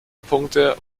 punkte